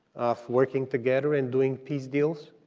of working together and doing peace deals,